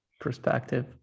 perspective